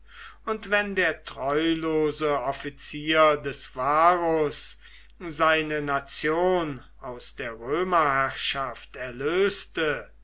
und wenn der treulose offizier des varus seine nation aus der römerherrschaft erlöste